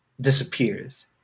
disappears